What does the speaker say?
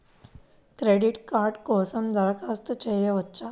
Credit card కోసం దరఖాస్తు చేయవచ్చా?